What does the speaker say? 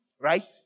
right